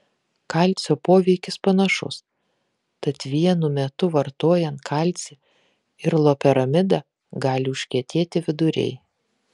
kalcio poveikis panašus tad vienu metu vartojant kalcį ir loperamidą gali užkietėti viduriai